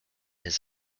his